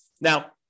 Now